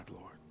Lord